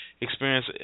experience